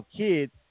kids